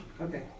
Okay